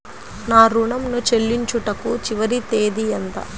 నా ఋణం ను చెల్లించుటకు చివరి తేదీ ఎంత?